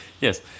Yes